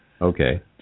Okay